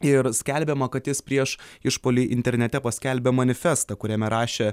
ir skelbiama kad jis prieš išpuolį internete paskelbė manifestą kuriame rašė